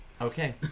Okay